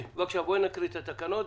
אני מציע שנתחיל להקריא את התקנות.